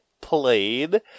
played